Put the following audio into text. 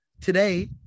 today